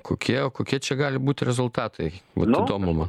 kokie kokie čia gali būti rezultatai vat įdomu man